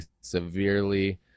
severely